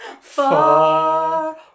Far